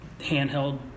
handheld